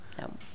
no